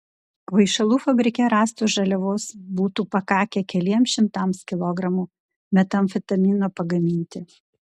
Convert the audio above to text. kvaišalų fabrike rastos žaliavos būtų pakakę keliems šimtams kilogramų metamfetamino pagaminti